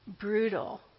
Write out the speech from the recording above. brutal